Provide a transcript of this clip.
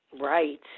Right